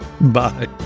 Bye